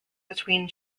between